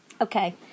Okay